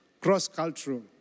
Cross-cultural